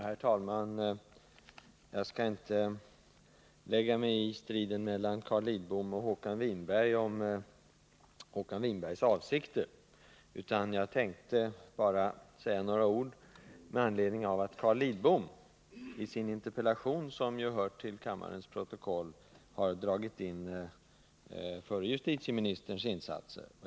Herr talman! Jag skall inte lägga mig i striden mellan Carl Lidbom och Håkan Winberg om Håkan Winbergs avsikter. Jag tänkte bara säga några ord med anledning av att Carl Lidbom i sin interpellation, som ju finns i kammarens protokoll, har dragit in förre justitieministerns insatser.